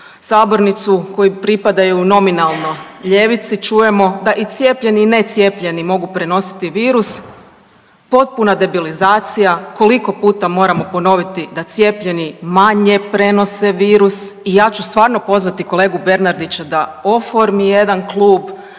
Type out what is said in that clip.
sabornicu koji pripadaju nominalno ljevici čujemo da i cijepljeni i ne cijepljeni mogu prenositi virus. Potpuna debilizacija, koliko puta moramo ponoviti da cijepljeni manje prenose virus i ja ću stvarno pozvati kolegu Bernardića da oformi jedan klub